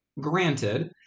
granted